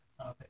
Okay